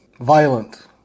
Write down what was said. Violent